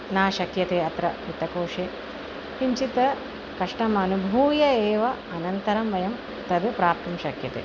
न शक्यते अत्र वित्तकोषे किञ्चित् कष्टम् अनुभूय एव अनन्तरं वयं तद् प्राप्तुं शक्यते